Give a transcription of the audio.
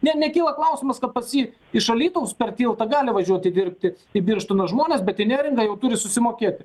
net nekyla klausimas kad pas jį iš alytaus per tiltą gali važiuoti dirbti į birštoną žmonės bet į neringą jau turi susimokėt